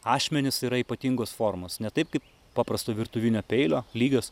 ašmenys yra ypatingos formos ne taip kaip paprasto virtuvinio peilio lygios